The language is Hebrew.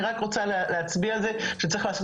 אני רק רוצה להצביע על זה שצריך לעשות